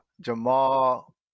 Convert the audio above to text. Jamal